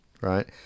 right